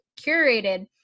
curated